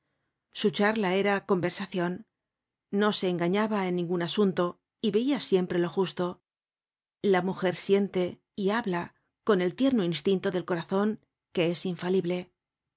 su charla era conversacion no se engañaba en ningun asunto y veia siempre lo justo la mujer siente y habla con el tierno instinto del corazon que es infalible